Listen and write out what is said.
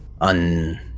un